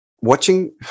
watching